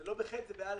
זה לא ב-(ח), זה ב-(א).